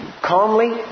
Calmly